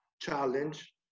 challenge